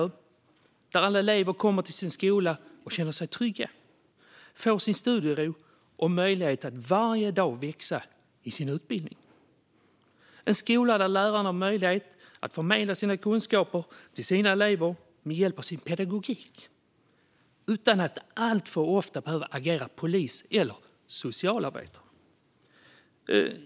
Det är en skola där alla elever kommer till sin skola och känner sig trygga, får sin studiero och möjlighet att varje dag växa i sin utbildning. Det är en skola där lärare har möjlighet att förmedla sina kunskaper till sina elever med hjälp av sin pedagogik, utan att alltför ofta behöva agera polis eller socialarbetare.